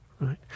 right